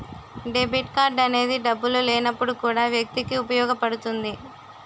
debit card అనేది డబ్బులు లేనప్పుడు కూడా వ్యక్తికి ఉపయోగపడుతుంది